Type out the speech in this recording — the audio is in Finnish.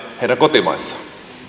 heidän kotimaissaan